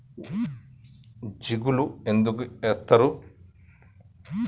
జిలుగు ఎందుకు ఏస్తరు?